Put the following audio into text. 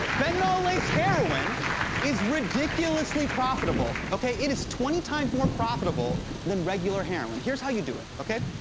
fentanyl-laced heroin is ridiculously profitable, okay? it is twenty times more profitable than regular heroin. here's how you do it, okay?